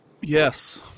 Yes